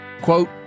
quote